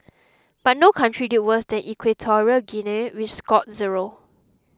but no country did worse than Equatorial Guinea which scored zero